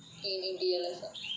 in in T_L_S uh